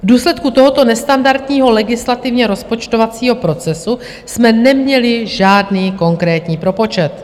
V důsledku tohoto nestandardního legislativně rozpočtovacího procesu jsme neměli žádný konkrétní propočet.